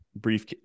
brief